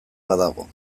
badago